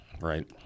Right